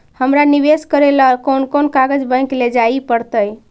हमरा निवेश करे ल कोन कोन कागज बैक लेजाइ पड़तै?